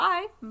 Bye